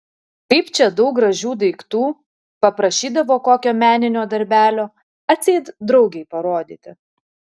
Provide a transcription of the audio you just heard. kaip čia daug gražių daiktų paprašydavo kokio meninio darbelio atseit draugei parodyti